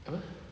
apa